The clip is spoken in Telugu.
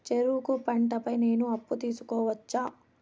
చెరుకు పంట పై నేను అప్పు తీసుకోవచ్చా?